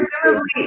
presumably